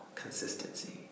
Consistency